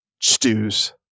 stews